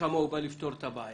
וכמה הוא בא לפתור את הבעיה.